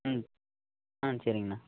ம் ஆ சரிங்கண்ணா